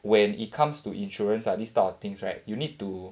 when it comes to insurance ah these type of things right you need to